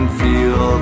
feel